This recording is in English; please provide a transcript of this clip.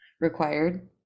Required